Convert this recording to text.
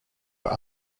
were